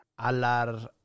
Alar